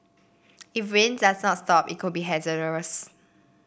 if rain does not stop it could be hazardous